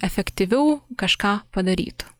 efektyviau kažką padarytų